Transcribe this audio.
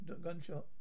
gunshot